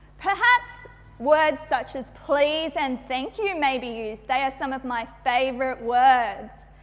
perhaps words such as please and thank you maybe used, they are some of my favourite words.